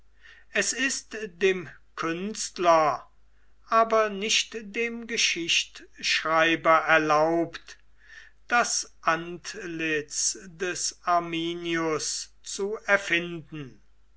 es ist dem künstler aber nicht dem geschichtschreiber erlaubt das antlitz des arminius zu erfinden